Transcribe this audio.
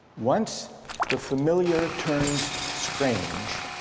once the familiar turns strange,